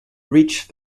reach